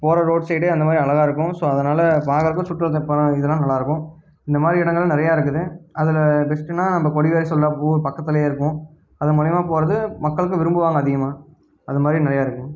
போகிற road side அந்த மாதிரி அழகா இருக்கும் ஸோ அதனால் பார்க்கறக்கும் சுற்றுலாத்தை பா இதெலாம் நல்லா இருக்கும் இந்த மாதிரி இடங்களெலாம் நிறையா இருக்குது அதில் பெஸ்ட்டுனால் நம்ம கொடிவேரி சொல்கிற ஊ பக்கத்துலேயே இருக்கும் அது மூலிமா போகிறது மக்களுக்கு விரும்புவாங்க அதிகமாக அது மாதிரி நிறையா இருக்குங்க